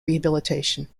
rehabilitation